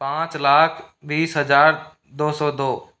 पाँच लाख बीस हजार दो सौ दो